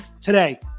Today